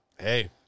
Hey